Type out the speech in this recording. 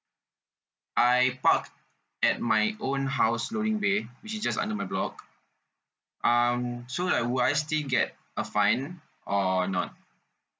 I parked at my own house loading bay which is just under my block um so that would I still get a fine or not